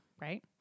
right